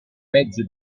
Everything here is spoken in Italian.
mezzo